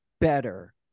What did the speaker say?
better